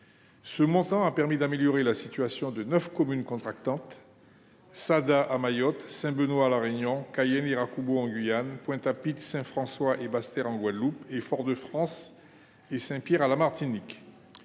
enveloppe a permis d'améliorer la situation de neuf communes contractantes- Sada à Mayotte, Saint-Benoît à La Réunion, Cayenne et Iracoubo en Guyane, Pointe-à-Pitre, Saint-François et Basse-Terre en Guadeloupe, ainsi que Fort-de-France et Saint-Pierre à la Martinique